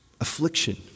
Affliction